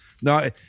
No